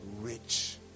rich